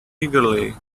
eagerly